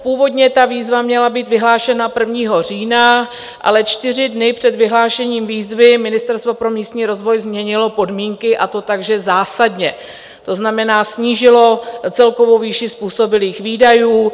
Původně ta výzva měla být vyhlášena 1. října, ale čtyři dny před vyhlášením výzvy Ministerstvo pro místní rozvoj změnilo podmínky, a to tak, že zásadně, to znamená, snížilo celkovou výši způsobilých výdajů.